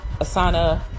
Asana